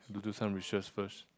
to do some research first